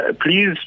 Please